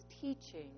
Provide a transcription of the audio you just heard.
teaching